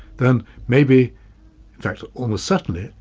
then maybe in fact almost certainly,